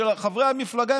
חברי המפלגה,